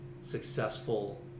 successful